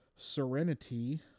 serenity